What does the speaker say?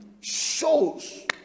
shows